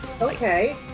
Okay